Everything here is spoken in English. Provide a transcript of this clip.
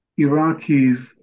Iraqis